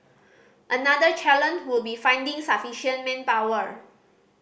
another challenge would be finding sufficient manpower